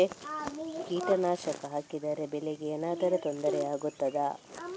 ಕೀಟನಾಶಕ ಹಾಕಿದರೆ ಬೆಳೆಗೆ ಏನಾದರೂ ತೊಂದರೆ ಆಗುತ್ತದಾ?